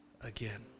again